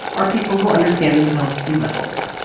are people who understand themselves to be liberals.